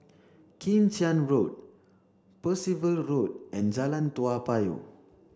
Kim Tian Road Percival Road and Jalan Toa Payoh